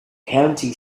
county